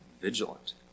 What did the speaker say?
vigilant